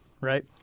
Right